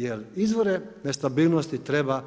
Jer izvore nestabilnosti treba